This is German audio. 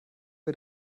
wir